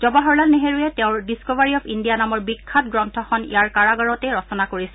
জৱাহৰলাল নেহৰুৱে তেওঁৰ discovery of India নামৰ বিখ্যাত গ্ৰন্থখন ইয়াৰ কাৰাগাৰতেই ৰচনা কৰিছিল